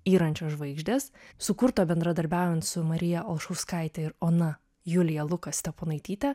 yrančios žvaigždės sukurto bendradarbiaujant su marija olšauskaite ir ona julija luka steponaityte